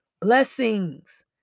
blessings